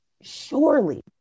surely